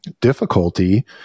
Difficulty